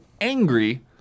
angry